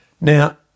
Now